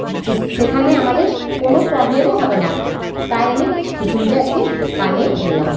যে সেখানে আমাদের কোনো প্রবলেমও হবে না তাই আমি খিচুড়িটা আজকে বানিয়েই ফেললাম